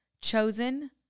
chosen